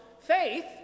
faith